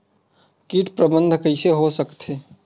कीट प्रबंधन कइसे हो सकथे?